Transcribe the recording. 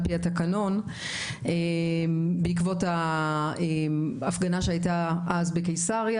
פי התקנון בעקבות ההפגנה שהייתה אז בקיסריה,